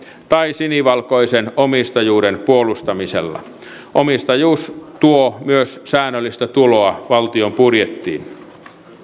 tai sinivalkoisen omistajuuden puolustamisella omistajuus tuo myös säännöllistä tuloa valtion budjettiin